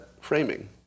framing